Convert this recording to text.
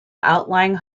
outlying